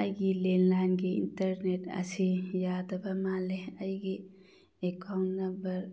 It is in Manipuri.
ꯑꯩꯒꯤ ꯂꯦꯟꯂꯥꯏꯟꯒꯤ ꯏꯟꯇꯔꯅꯦꯠ ꯑꯁꯤ ꯌꯥꯗꯕ ꯃꯥꯜꯂꯦ ꯑꯩꯒꯤ ꯑꯦꯛꯀꯥꯎꯟ ꯅꯝꯕꯔ